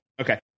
okay